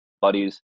buddies